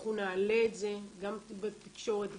אנחנו נעלה את זה גם בתקשורת.